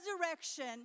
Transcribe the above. resurrection